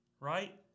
right